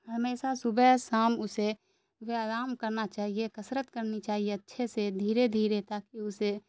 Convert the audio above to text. ہمیسہ صبح شام اسے ویایام کرنا چاہیے کثرت کرنی چاہیے اچھے سے دھیرے دھیرے تاکہ اسے